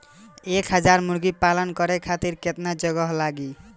एक हज़ार मुर्गी पालन करे खातिर केतना जगह लागी?